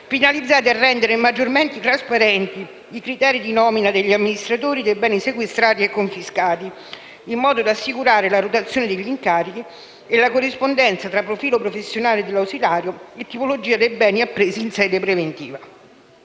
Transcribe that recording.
-finalizzate a rendere maggiormente trasparenti i criteri di nomina degli amministratori dei beni sequestrati e confiscati, in modo da assicurare la rotazione degli incarichi e la corrispondenza tra profilo professionale dell'ausiliario e tipologia dei beni appresi in sede preventiva.